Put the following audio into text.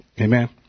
Amen